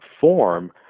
form